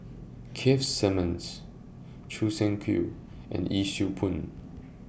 Keith Simmons Choo Seng Quee and Yee Siew Pun